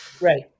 Right